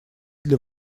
для